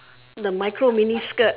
the micro mini skirt